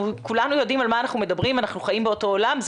כולנו יודעים על מה אנחנו מדברים ואנחנו חיים באותו עולם.